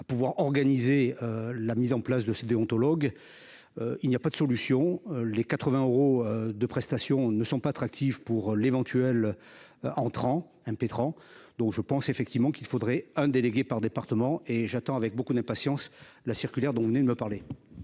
avons à organiser la mise en place de ce déontologue. Il n'y a pas de solution : les 80 euros de rémunération ne sont pas attractifs pour l'éventuel impétrant. Je pense donc qu'il faudrait un délégué par département. J'attends avec beaucoup d'impatience la circulaire dont vous venez de me parler.